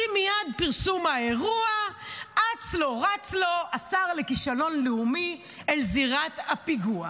מייד עם פרסום האירוע אץ לו רץ לו השר לכישלון לאומי אל זירת הפיגוע.